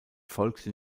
folgte